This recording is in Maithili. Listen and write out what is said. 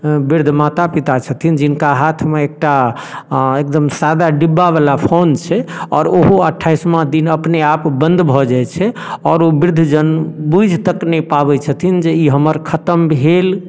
वृद्ध माता पिता छथिन जिनका हाथमे एकटा एकदम सादा डिब्बावला फोन छै आओर ओहो अठ्ठाइसवा दिन अपने आप बन्द भऽ जाइ छै आओर ओ वृद्ध जन बुझि तक नहि पाबै छथिन जे ई हमर खतम भेल